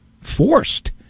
forced